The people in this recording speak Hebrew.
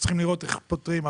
צריכים לראות איך פותרים.